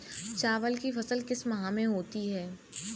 चावल की फसल किस माह में होती है?